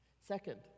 Second